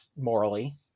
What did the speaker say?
morally